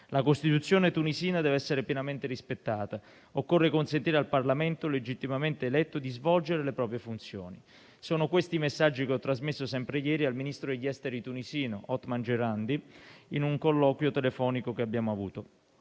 La Costituzione tunisina deve essere pienamente rispettata. Occorre consentire al Parlamento legittimamente eletto di svolgere le proprie funzioni. Sono questi i messaggi che ho trasmesso sempre ieri al ministro degli affari esteri tunisino, Othman Jerandi, nel colloquio telefonico che abbiamo avuto.